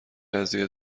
قضیه